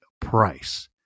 price